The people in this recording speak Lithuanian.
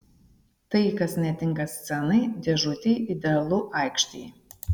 tai kas netinka scenai dėžutei idealu aikštei